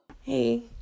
Hey